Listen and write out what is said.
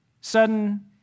sudden